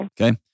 Okay